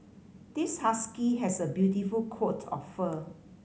this husky has a beautiful coat of fur